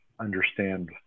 understand